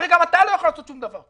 הרי גם אתה לא יכול לעשות שום דבר,